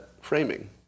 framing